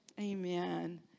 Amen